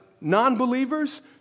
non-believers